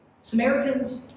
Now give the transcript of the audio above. Samaritans